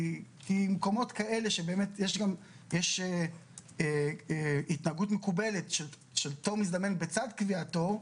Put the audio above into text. כי מקומות כאלה שבאמת יש התנהגות מקובלת של תור מזדמן בצד קביעת תור,